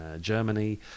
Germany